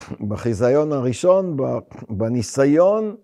‫בחזיון הראשון, בניסיון.